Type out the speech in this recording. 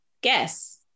guess